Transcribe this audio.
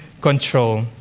control